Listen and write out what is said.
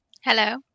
Hello